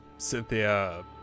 Cynthia